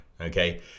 Okay